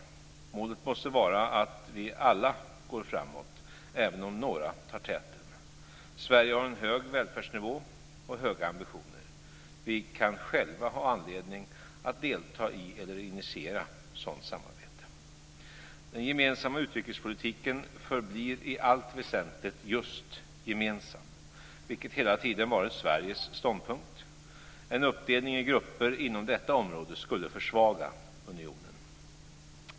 Målet måste vara att vi alla går framåt, även om några tar täten. Sverige har en hög välfärdsnivå och höga ambitioner. Vi kan själva ha anledning att delta i eller initiera sådant samarbete. Den gemensamma utrikespolitiken förblir i allt väsentligt just gemensam, vilket hela tiden varit Sveriges ståndpunkt. En uppdelning i grupper inom detta område skulle försvaga unionen.